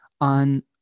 on